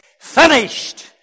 finished